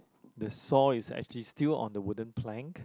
the saw is actually still on the wooden plank